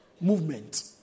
movement